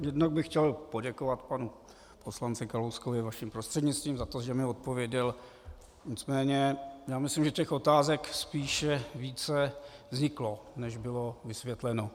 Jednak bych chtěl poděkovat panu poslanci Kalouskovi vaším prostřednictvím, za to, že mi odpověděl, nicméně myslím, že těch otázek spíše více vzniklo, než bylo vysvětleno.